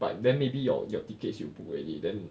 but then maybe your your tickets you book already then